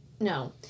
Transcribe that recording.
No